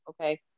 okay